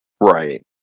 Right